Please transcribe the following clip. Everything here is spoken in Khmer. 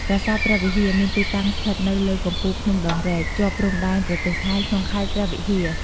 ប្រាសាទព្រះវិហារ មានទីតាំង ស្ថិតនៅលើកំពូលភ្នំដងរែក ជាប់ព្រំដែនប្រទេសថៃ ក្នុងខេត្តព្រះវិហារ។